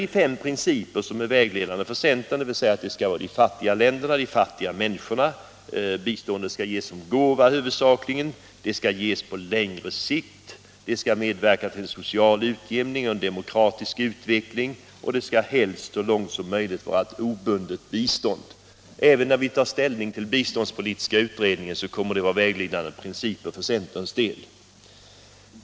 De fem principer som är vägledande för centern är alltså att bistånd skall ges till de fattiga länderna och de fattiga människorna, bistånd skall huvudsakligen ges som gåva, det skall ges på längre sikt, det skall medverka till en social utjämning och en demokratisk utveckling och skall så långt som möjligt vara obundet. Även när vi tar ställning till biståndspolitiska utredningen kommer dessa principer att vara vägledande för centerns del.